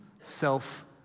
self